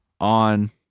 on